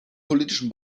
politischen